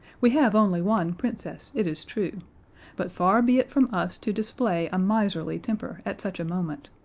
we have only one princess, it is true but far be it from us to display a miserly temper at such a moment.